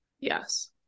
yes